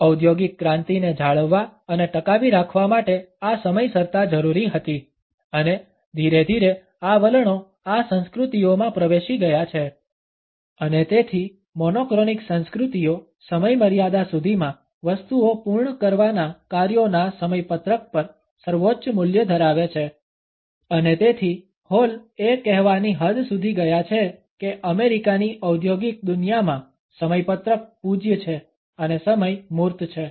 ઔદ્યોગિક ક્રાંતિને જાળવવા અને ટકાવી રાખવા માટે આ સમયસરતા જરૂરી હતી અને ધીરે ધીરે આ વલણો આ સંસ્કૃતિઓમાં પ્રવેશી ગયા છે અને તેથી મોનોક્રોનિક સંસ્કૃતિઓ સમયમર્યાદા સુધીમાં વસ્તુઓ પૂર્ણ કરવાના કાર્યોના સમયપત્રક પર સર્વોચ્ચ મૂલ્ય ધરાવે છે અને તેથી હોલ એ કહેવાની હદ સુધી ગયા છે કે અમેરિકાની ઔદ્યોગિક દુનિયામાં સમયપત્રક પૂજ્ય છે અને સમય મૂર્ત છે